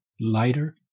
lighter